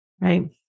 right